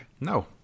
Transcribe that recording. No